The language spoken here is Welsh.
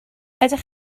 ydych